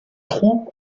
trou